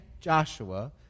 Joshua